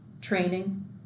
training